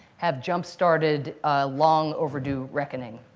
have jumpstarted a long-overdue reckoning.